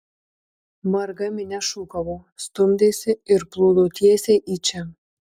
marga minia šūkavo stumdėsi ir plūdo tiesiai į čia